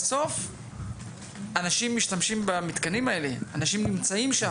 בסוף אנשים משתמשים במתקנים האלה והם נמצאים שם.